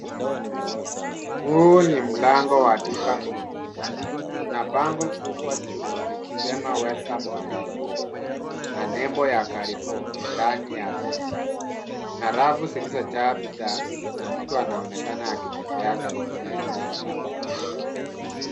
Huu ni mlango wa duka kubwa kuna bango kubwa juu likisema welcome to carrefour na nembo ya carrefour ndani ya duka. Kuna rafu zilizojaa bidhaa na mtu anaonekana akitembea karibu na eneo la duka.